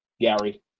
Gary